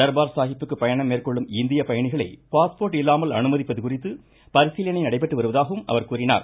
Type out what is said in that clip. தர்பார் சாஹிப்பிற்கு பயணம் மேற்கொள்ளும் இந்திய பயணிகளை பாஸ்போர்ட் இல்லாமல் அனுமதிப்பது குறித்து பரிசீலனை நடைபெற்று வருவதாகவும் அவர் கூறினார்